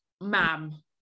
ma'am